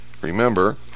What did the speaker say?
Remember